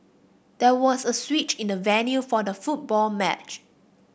there was a switch in the venue for the football match